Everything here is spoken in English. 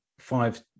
five